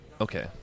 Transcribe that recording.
okay